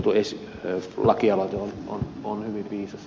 seurujärven perusteltu lakialoite on hyvin viisas